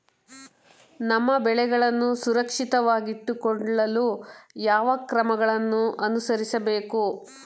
ನಮ್ಮ ಬೆಳೆಗಳನ್ನು ಸುರಕ್ಷಿತವಾಗಿಟ್ಟು ಕೊಳ್ಳಲು ಯಾವ ಕ್ರಮಗಳನ್ನು ಅನುಸರಿಸಬೇಕು?